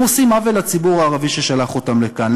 הם עושים עוול לציבור הערבי ששלח אותם לכאן.